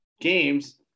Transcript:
games